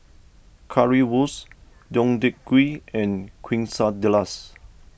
Currywurst Deodeok Gui and Quesadillas